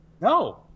No